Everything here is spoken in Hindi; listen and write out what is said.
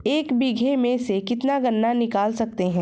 एक बीघे में से कितना गन्ना निकाल सकते हैं?